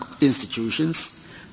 institutions